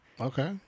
Okay